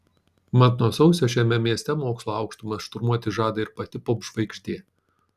mat nuo sausio šiame mieste mokslo aukštumas šturmuoti žada ir pati popžvaigždė